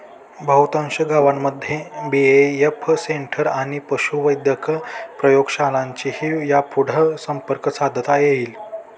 बहुतांश गावांमध्ये BAF centre आणि पशुवैद्यक प्रयोगशाळांशी यापुढं संपर्क साधता येईल